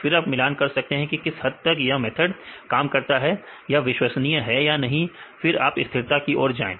फिर आप मिलान कर सकते हैं की किस हद तक यह मेथड काम करते हैं यह अविश्वसनीय है या नहीं फिर आप स्थिरता की ओर जाएं